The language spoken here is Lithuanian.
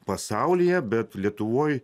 pasaulyje bet lietuvoj